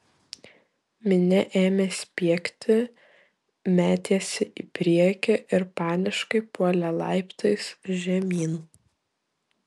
minia ėmė spiegti metėsi į priekį ir paniškai puolė laiptais žemyn